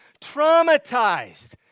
traumatized